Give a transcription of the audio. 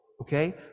okay